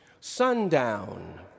Sundown